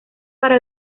para